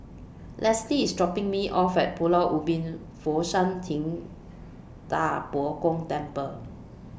Lesley IS dropping Me off At Pulau Ubin Fo Shan Ting DA Bo Gong Temple